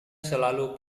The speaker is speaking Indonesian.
selalu